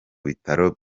bitaro